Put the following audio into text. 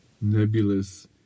nebulous